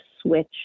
switch